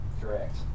Correct